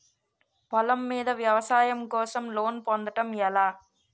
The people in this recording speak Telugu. పొలం మీద వ్యవసాయం కోసం లోన్ పొందటం ఎలా?